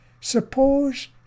Suppose